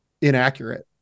inaccurate